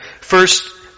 first